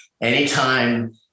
anytime